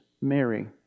Mary